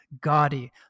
gaudy